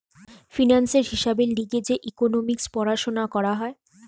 ফিন্যান্সের হিসাবের লিগে যে ইকোনোমিক্স পড়াশুনা করা হয়